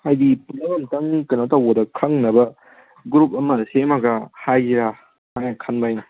ꯍꯥꯏꯗꯤ ꯄꯨꯂꯞ ꯑꯝꯇꯪ ꯀꯩꯅꯣ ꯇꯧꯕꯗ ꯈꯪꯅꯕ ꯒ꯭ꯔꯨꯞ ꯑꯃꯗ ꯁꯦꯝꯃꯒ ꯍꯥꯏꯁꯤꯔ ꯍꯥꯏꯅ ꯈꯟꯕ ꯑꯩꯅ